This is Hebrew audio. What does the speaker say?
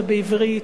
ובעברית,